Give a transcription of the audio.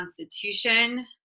constitution